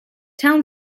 town